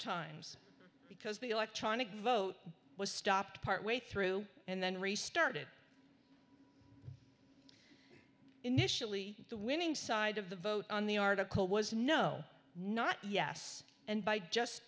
times because the electronic vote was stopped partway through and then restarted initially the winning side of the vote on the article was no not yes and by just